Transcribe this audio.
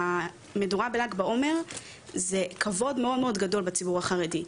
המדורה בל"ג בעומר זה כבוד מאוד מאוד גדול בציבור החרדי.